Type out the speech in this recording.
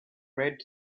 red